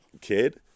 kid